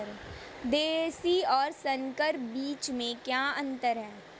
देशी और संकर बीज में क्या अंतर है?